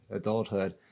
adulthood